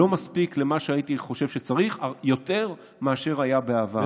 לא מספיק כמו שהייתי חושב שצריך אבל יותר ממה שהיה בעבר.